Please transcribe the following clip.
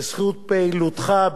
בזכות פעילותך,